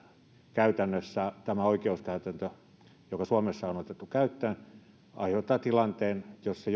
käytännössä tämä oikeuskäytäntö joka suomessa on otettu käyttöön aiheuttaa tilanteen jossa